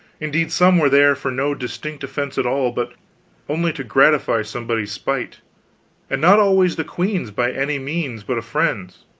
indeed, some were there for no distinct offense at all, but only to gratify somebody's spite and not always the queen's by any means, but a friend's.